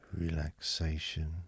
Relaxation